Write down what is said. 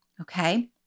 Okay